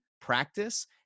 practice